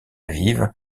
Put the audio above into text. aviv